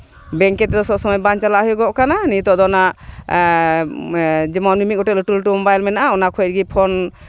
ᱵᱮᱝᱠᱮ ᱛᱮᱫᱚ ᱥᱚᱵ ᱥᱚᱢᱚᱭ ᱵᱟᱝ ᱪᱟᱞᱟᱜ ᱦᱩᱭᱩᱜᱚᱜ ᱠᱟᱱᱟ ᱱᱤᱛᱚᱜ ᱫᱚ ᱚᱱᱟ ᱡᱮᱢᱚᱱ ᱢᱤᱫ ᱜᱚᱴᱮᱡ ᱞᱟᱹᱴᱩ ᱞᱟᱹᱴᱩ ᱢᱳᱵᱟᱭᱤᱞ ᱢᱮᱱᱟᱜᱼᱟ ᱚᱱᱟ ᱠᱷᱚᱡ ᱜᱮ ᱯᱷᱳᱱ